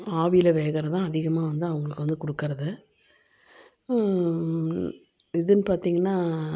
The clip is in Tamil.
ஆவியில் வேகிறதுதான் அதிகமாக வந்து அவங்களுக்கு வந்து கொடுக்குறது இதுன்னு பார்த்தீங்கனா